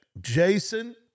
jason